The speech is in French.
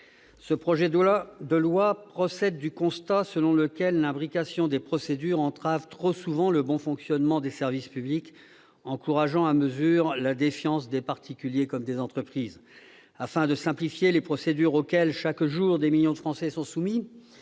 Ce projet de loi procède du constat selon lequel l'imbrication des procédures entrave trop souvent le bon fonctionnement des services publics, alimentant à mesure la défiance des particuliers comme des entreprises. Afin de simplifier les procédures auxquelles, chaque jour, des millions de Français sont soumis,